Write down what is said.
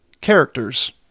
characters